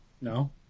no